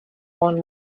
one